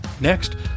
Next